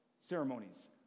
ceremonies